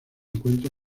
encuentra